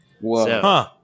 Whoa